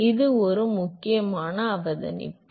எனவே இது ஒரு முக்கியமான அவதானிப்பு